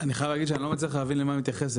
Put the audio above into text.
אני חייב להגיד שאני לא מצליח להבין למה היא מתייחסת.